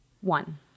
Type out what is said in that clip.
One